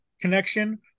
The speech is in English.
connection